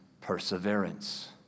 perseverance